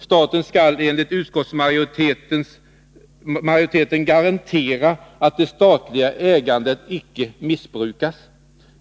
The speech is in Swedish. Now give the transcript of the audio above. Staten skall enligt utskottsmajoriteten garantera att det statliga ägandet icke missbrukas.